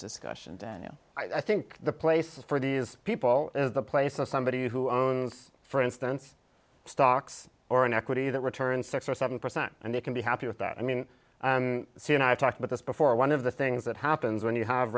discussion daniel i think the place for these people is the place of somebody who owns for instance stocks or an equity that returns six or seven percent and they can be happy with that i mean see and i talked about this before one of the things that happens when you have